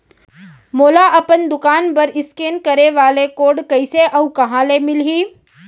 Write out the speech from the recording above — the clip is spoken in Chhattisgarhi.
मोला अपन दुकान बर इसकेन करे वाले कोड कइसे अऊ कहाँ ले मिलही?